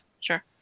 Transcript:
Sure